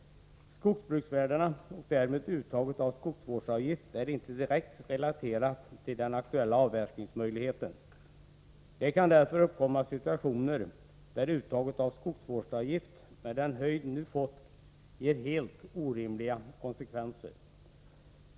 Skogsbruksvärdena och därmed uttaget av skogsvårdsavgift är inte direkt relaterade till den aktuella avverkningsmöjligheten. Det kan därför uppkomma situationer där uttaget av skogsvårdsavgift, med den omfattning det nu fått, ger helt orimliga konsekvenser.